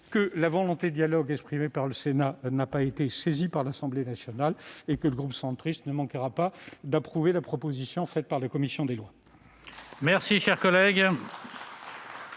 que la volonté de dialogue exprimée par le Sénat n'a pas été saisie par l'Assemblée nationale. Par conséquent, le groupe Union Centriste ne manquera pas d'approuver la proposition faite par la commission des lois. La parole est